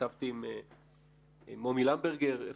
התכתבתי עם מומי למברגר ממשרד המשפטים